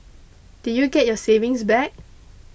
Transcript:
did you get your savings back